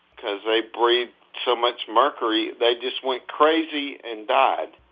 because they breathed so much mercury they just went crazy and died